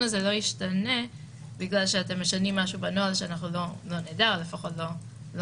גם כשהמסעדה ריקה לחלוטין, קבוצות